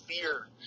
fear